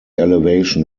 elevation